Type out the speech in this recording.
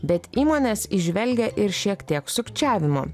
bet įmonės įžvelgia ir šiek tiek sukčiavimo